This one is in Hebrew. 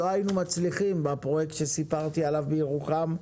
לא היינו מצליחים בפרויקט שסיפרתי עליו בירוחם.